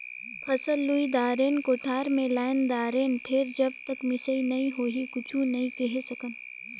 फसल लुई दारेन, कोठार मे लायन दारेन फेर जब तक मिसई नइ होही कुछु नइ केहे सकन